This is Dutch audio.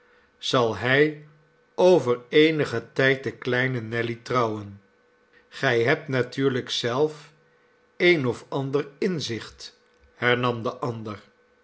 zal hij over eenigen tijd de kleine nelly trouwen gij hebt natuurlijk zelf een of ander inzicht hernam de ander